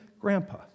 Grandpa